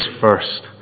first